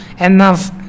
enough